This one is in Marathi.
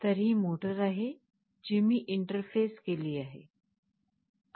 तर ही मोटर आहे जी मी इंटरफेस केली आहे